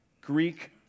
Greek